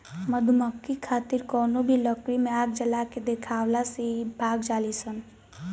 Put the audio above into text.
मधुमक्खी खातिर कवनो भी लकड़ी में आग जला के देखावला से इ भाग जालीसन